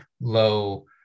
low